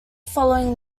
following